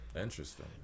Interesting